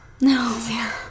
no